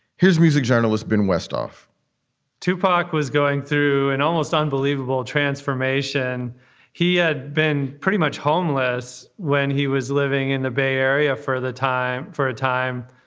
here's music journalist ben westhoff tupac was going through an almost unbelievable transformation he had been pretty much homeless when he was living in the bay area for the time, for a time,